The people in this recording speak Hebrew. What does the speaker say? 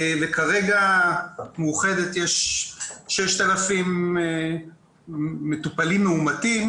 כרגע במאוחדת יש 6,000 מטופלים מאומתים,